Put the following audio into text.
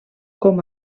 com